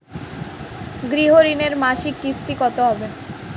গৃহ ঋণের মাসিক কিস্তি কত হবে?